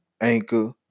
Anchor